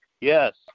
Yes